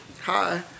Hi